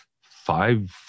five